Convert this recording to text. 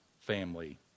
family